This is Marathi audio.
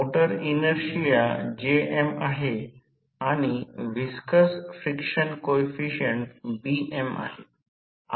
मोटर इनर्शिया Jm आहे आणि व्हिस्कस फ्रिक्शन कोइफिसिएंट Bm आहे